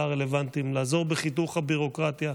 הרלוונטיים לעזור בחיתוך הביורוקרטיה.